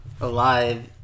alive